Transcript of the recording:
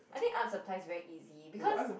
I think art supply is very easy because